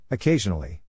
Occasionally